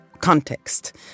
context